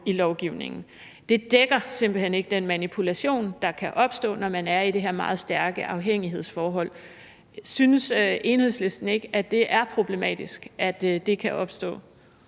i lovgivningen; det dækker simpelt hen ikke den manipulation, der kan opstå, når man er i det her meget stærke afhængighedsforhold. Synes Enhedslisten ikke, at det er problematisk, at det kan opstå?